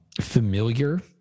familiar